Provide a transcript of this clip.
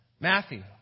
Matthew